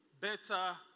Better